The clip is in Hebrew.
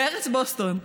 בארץ בוסטון.